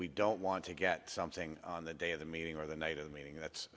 we don't want to get something on the day of the meeting or the night of the meeting that's